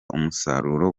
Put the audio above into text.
umusaruro